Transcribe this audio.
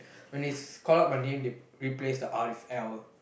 when they call out my name they replace the R with L